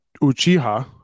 Uchiha